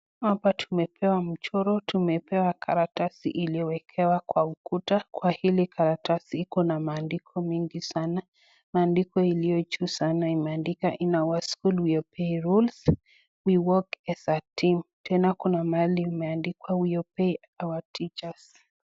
Hapa tumepewa mchoro, tumepewa karatasi iliowekewa kwa ukuta, kwa hili karatasi iko na maandiko mingi sana. Maandiko ilio juu sana imeandikwa in our school we obey rules, we work as a team tena Kuna mahali imeandikwa we obey our teachers .